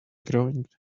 growing